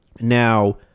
now